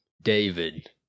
David